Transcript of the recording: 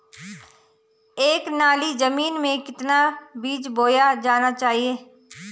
एक नाली जमीन में कितना बीज बोया जाना चाहिए?